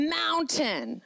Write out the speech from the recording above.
mountain